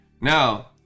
Now